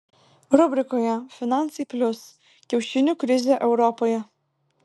rubrikoje finansai plius kiaušinių krizė europoje